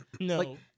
No